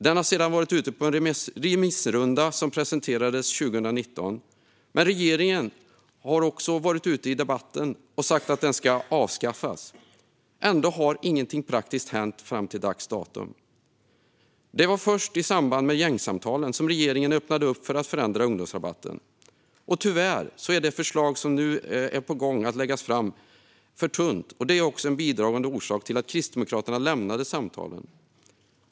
Den har sedan varit ute på en remissrunda, och svaren presenterades 2019. Regeringen har också varit ute i debatten och sagt att den ska avskaffas. Ändå har inget praktiskt hänt fram till dags dato. Det var först i samband gängsamtalen som regeringen öppnade upp för att förändra ungdomsrabatten. Tyvärr är det förslag som nu är på gång att läggas fram för tunt, och detta var en bidragande orsak till att Kristdemokraterna lämnade samtalen.